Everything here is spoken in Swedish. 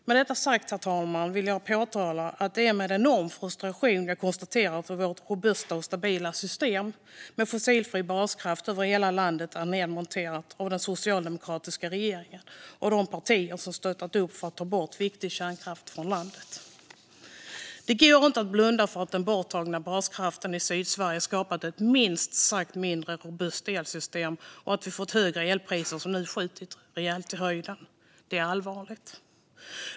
Med det sagt, herr talman, vill jag påtala att det är med enorm frustration jag konstaterar att vårt robusta och stabila system med fossilfri baskraft över hela landet är nedmonterat av den socialdemokratiska regeringen och de partier som stött att ta bort viktig kärnkraft från landet. Det går inte att blunda för att den borttagna baskraften i Sydsverige skapat ett minst sagt mindre robust elsystem och att vi fått högre elpriser som nu skjutit i höjden rejält. Det är allvarligt.